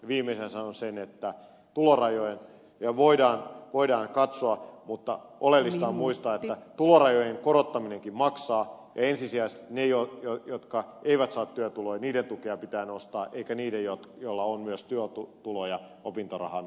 viimeisenä sanon sen että tulorajoja voidaan katsoa mutta oleellista on muistaa että tulorajojen korottaminenkin maksaa ja ensisijaisesti niiden tukea jotka eivät saa työtuloja pitää nostaa eikä niiden joilla on myös työtuloja opintorahan lisäksi